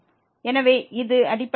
எனவே இது அடிப்படையில் 00 வடிவம்